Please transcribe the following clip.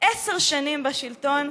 עשר שנים בשלטון,